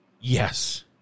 yes